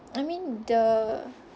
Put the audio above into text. I mean the